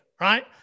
right